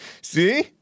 See